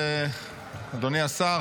אדוני השר,